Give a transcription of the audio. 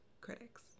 Critics